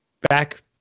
back